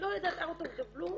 אאוט אוף דה בלו,